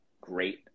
great